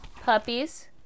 puppies